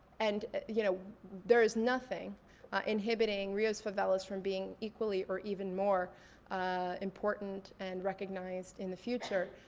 and you know there's nothing inhibiting rio's favelas from being equally or even more important and recognized in the future.